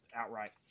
outright